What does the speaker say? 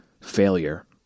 failure